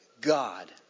God